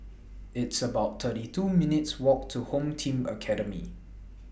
It's about thirty two minutes Walk to Home Team Academy